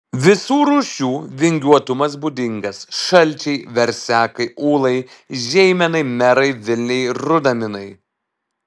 visų rūšių vingiuotumas būdingas šalčiai versekai ūlai žeimenai merai vilniai rudaminai